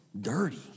dirty